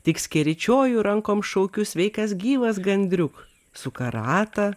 tik skeryčioju rankom šaukiu sveikas gyvas gandriuk suka ratą